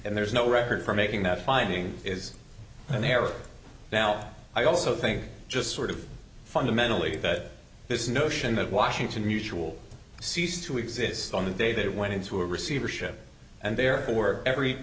and there's no record for making that finding is an error now i also think just sort of fundamentally that this notion that washington mutual ceased to exist on the day that it went into a receivership and therefore every